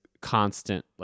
constant